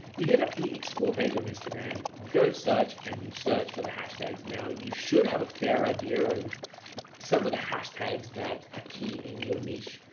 you hit up the explore page on instagram. you go search and you search for the hashtags. now you should have a fair idea of some of the hashtags that are ah key in your niche,